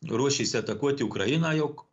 ruošėsi atakuoti ukrainą jog